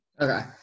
Okay